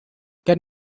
can